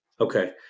Okay